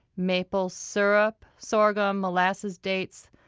maple syrup, sorghum, molasses, dates,